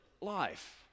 life